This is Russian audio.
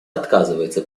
отказывается